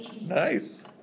nice